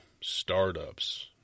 startups